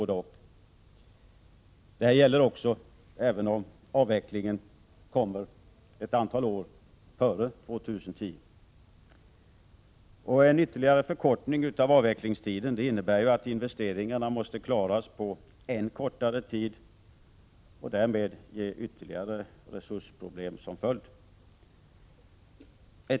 Det gäller även om avvecklingen kommer ett antal år före 2010. En förkortning av avvecklingstiden innebär ju att investeringarna måste klaras på än kortare tid och att ytterligare resursproblem därmed blir följden.